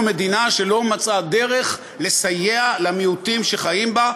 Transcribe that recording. אנחנו מדינה שלא מצאה דרך לסייע למיעוטים שחיים בה.